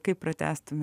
kai pratęstumėme